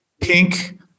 pink